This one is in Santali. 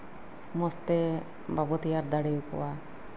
ᱢᱚᱸᱡᱽᱛᱮ ᱵᱟᱵᱚ ᱛᱮᱭᱟᱨ ᱫᱟᱲᱮᱭᱟᱠᱚᱣᱟ